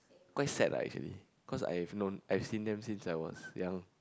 quite sad lah actually cause I've known I've seen them since I was young